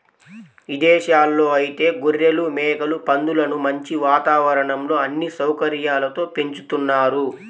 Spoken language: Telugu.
ఇదేశాల్లో ఐతే గొర్రెలు, మేకలు, పందులను మంచి వాతావరణంలో అన్ని సౌకర్యాలతో పెంచుతున్నారు